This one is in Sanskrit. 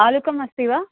आलुकम् अस्ति वा